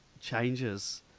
changes